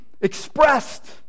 expressed